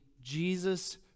Jesus